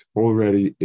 already